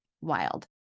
wild